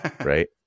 Right